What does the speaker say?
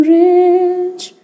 rich